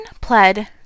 pled